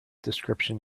description